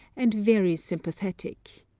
and very sympathetic.